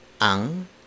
ang